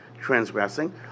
transgressing